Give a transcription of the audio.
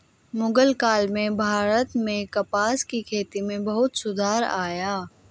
मुग़ल काल में भारत में कपास की खेती में बहुत सुधार आया